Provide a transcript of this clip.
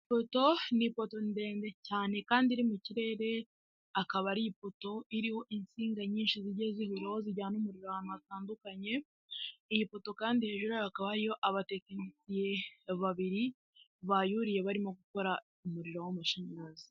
Ipoto ni ipoto ndende cyane kandi iri mu kirere, akaba ari ipoto iriho insinga nyinshi zigiye zihuriraho zijyana umuriro ahantu hatandukanye, iyi poto kandi hejuru hakabayo abatekinisiye babiri bbyuriye barimo gukora umuriro w'amashanyarazi.